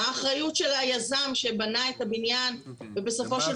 מה האחריות של היזם שבנה את הבניין ובסופו של